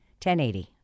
1080